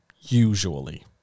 usually